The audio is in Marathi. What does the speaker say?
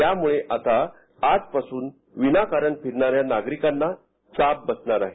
त्यामुळे आता आजपासून विनाकारण फिरणाऱ्या नागरिकांना चाप बसणार आहे